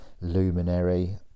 Luminary